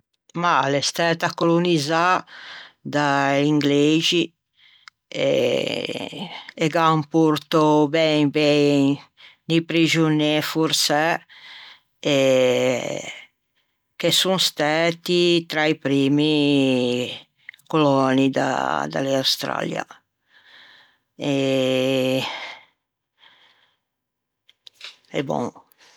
Mah a l'é stæta colonizzâ da-i ingleixi e gh'an portou ben ben di prexonê forsæ eh che son stæti tra i primmi coloni de l'Australia e e bon.